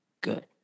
Good